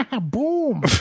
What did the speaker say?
boom